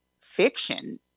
fiction